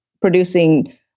producing